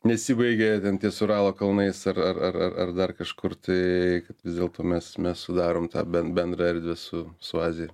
nesibaigia ten ties uralo kalnais ar ar ar ar dar kažkur tai kad vis dėlto mes mes sudarom tą bendrą erdvę su su azija